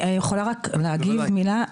והיא מדברת איתך?